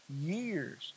years